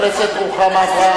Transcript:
חברת הכנסת רוחמה אברהם.